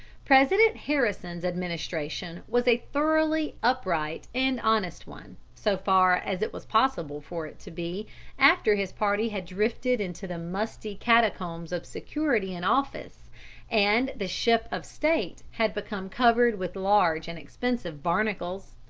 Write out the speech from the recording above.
president harrison's administration was a thoroughly upright and honest one, so far as it was possible for it to be after his party had drifted into the musty catacombs of security in office and the ship of state had become covered with large and expensive barnacles.